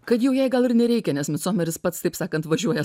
kad jau jai gal ir nereikia nes micomeris pats taip sakant važiuoja